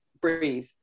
breathe